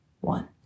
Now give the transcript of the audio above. One